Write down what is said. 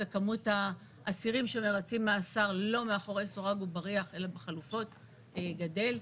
וכמות האסירים שמבצעים מאסר לא מאחורי סורג ובריח אלא בחלופות גדל.